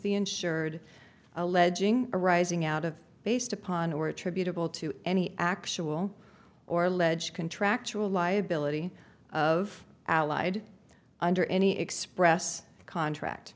the insured alleging arising out of based upon or attributable to any actual or ledge contractual liability of allied under any express contract